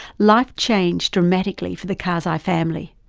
life changed dramatically for the karzai family.